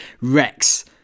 Rex